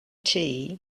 tea